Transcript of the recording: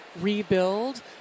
rebuild